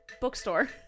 Bookstore